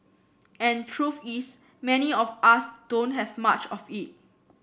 and truth is many of us don't have much of it